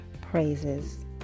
praises